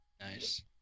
Nice